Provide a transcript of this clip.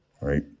right